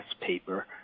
paper